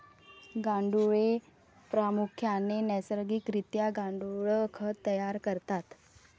गांडुळे प्रामुख्याने नैसर्गिक रित्या गांडुळ खत तयार करतात